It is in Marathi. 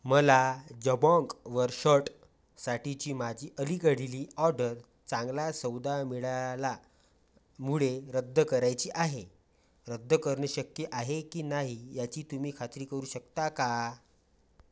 मला जबॉँकवर शर्टसाठीची माझी अलीकडील ऑर्डर चांगला सौदा मिळाल्यामुळे रद्द करायची आहे रद्द करणे शक्य आहे की नाही याची तुम्ही खात्री करू शकता का